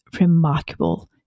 remarkable